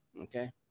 okay